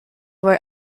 were